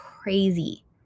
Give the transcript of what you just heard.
Crazy